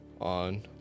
on